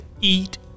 eat